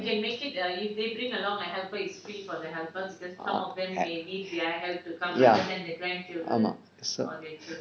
ya ஆமாம்:aamaam